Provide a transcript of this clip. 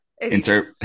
Insert